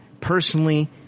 personally